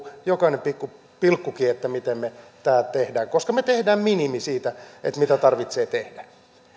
jokaisen pikku pilkunkin että miten me tämän teemme koska me teemme minimin siitä mitä tarvitsee tehdä